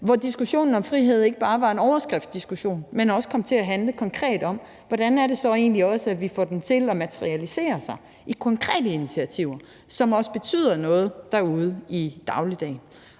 hvor diskussionen om frihed ikke bare er en overskriftsdiskussion, men også kommer til at handle konkret om, hvordan vi får den til at materialisere sig i konkrete initiativer, som også betyder noget derude i dagligdagen.